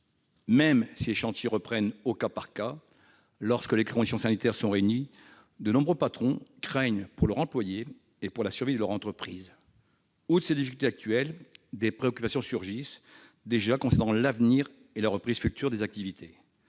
Même si les chantiers reprennent au cas par cas, lorsque les conditions sanitaires sont réunies, de nombreux patrons craignent pour leurs employés et pour la survie de leur entreprise. Outre ces difficultés actuelles, des préoccupations surgissent déjà concernant l'avenir et la reprise future des activités.